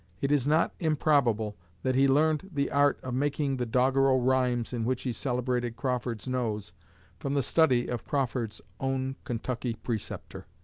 it is not improbable that he learned the art of making the doggerel rhymes in which he celebrated crawford's nose from the study of crawford's own kentucky preceptor